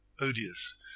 odious